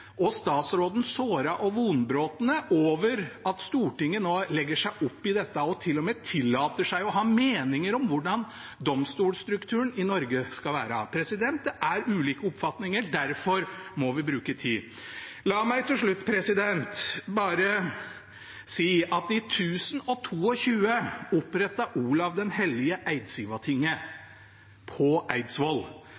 og statsråden «såra og vonbrotne» over at Stortinget nå legger seg opp i dette og til og med tillater seg å ha meninger om hvordan domstolstrukturen i Norge skal være. Det er ulike oppfatninger, derfor må vi bruke tid. La meg til slutt bare si at i 1022 opprettet Olav den hellige Eidsivatinget på Eidsvoll – ifølge Snorre var det iallfall Olav den hellige.